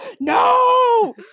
no